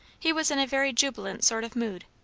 he was in a very jubilant sort of mood.